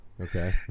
Okay